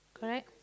correct